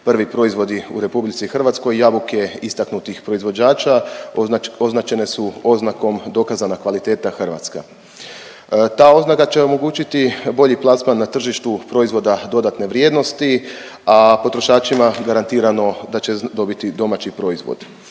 prvi proizvodi u RH, jabuke istaknutih proizvođača označene su oznakom dokazana kvaliteta Hrvatska. Ta oznaka će omogućiti bolji plasman na tržištu proizvoda dodatne vrijednosti, a potrošačima garantirano da će dobiti domaći proizvod.